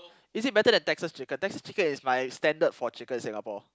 is it better than Texas-chicken Texas-chicken is my standard for chicken in Singapore